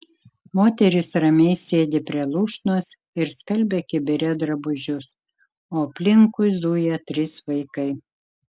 moteris ramiai sėdi prie lūšnos ir skalbia kibire drabužius o aplinkui zuja trys vaikai